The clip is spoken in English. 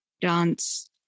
dance